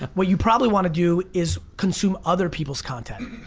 what you probably want to do is consume other people's content.